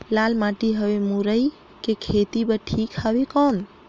लाल माटी हवे मुरई के खेती बार ठीक हवे कौन?